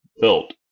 built